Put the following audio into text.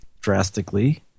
drastically